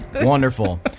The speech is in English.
Wonderful